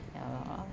ya